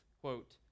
quote